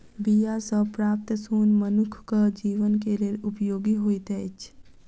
बीया सॅ प्राप्त सोन मनुखक जीवन के लेल उपयोगी होइत अछि